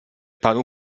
panu